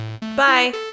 Bye